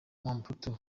mobutu